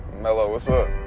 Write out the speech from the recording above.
melo, what's up?